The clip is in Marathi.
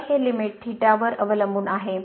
तर हे लिमिट वर अवलंबून आहे